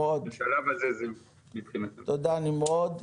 רבה נמרוד.